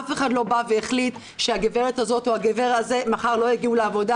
אף אחד לא החליט שהגברת הזה או הגבר הזה מחר לא יגיעו לעבודה,